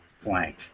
flank